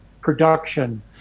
production